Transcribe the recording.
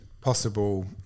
possible